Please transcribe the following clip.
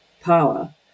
power